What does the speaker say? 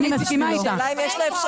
אני מסכימה אתך, אני אתך.